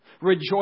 Rejoice